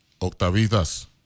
Octavitas